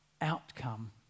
Outcome